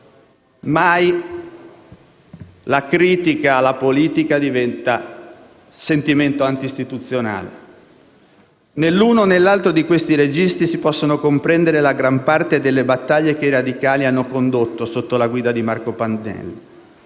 Mai la critica alla politica diventa sentimento anti-istituzionale. Nell'uno o nell'altro di questi registri si possono comprendere la gran parte delle battaglie che i radicali italiani hanno condotto, sotto la guida di Marco Pannella.